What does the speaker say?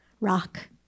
rock